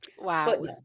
Wow